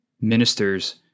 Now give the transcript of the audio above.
ministers